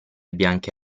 bianca